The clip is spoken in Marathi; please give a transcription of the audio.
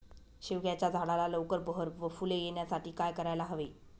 शेवग्याच्या झाडाला लवकर बहर व फूले येण्यासाठी काय करायला हवे?